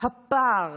הפער